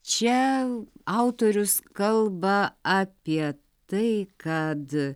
čia autorius kalba apie tai kad